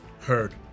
Heard